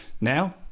Now